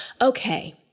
Okay